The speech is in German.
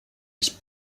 ich